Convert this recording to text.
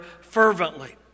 fervently